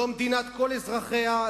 לא מדינת כל אזרחיה,